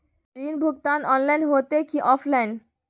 ऋण भुगतान ऑनलाइन होते की ऑफलाइन?